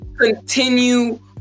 continue